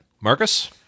Marcus